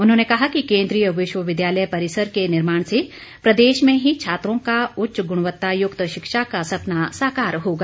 उन्होंने कहा कि केन्द्रीय विश्वविद्यालय परिसर के निर्माण से प्रदेश में ही छात्रों का उच्च गुणवत्ता युक्त शिक्षा का सपना साकार होगा